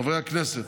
חברי הכנסת,